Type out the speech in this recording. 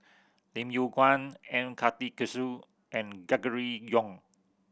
Lim Yew Kuan M Karthigesu and Gregory Yong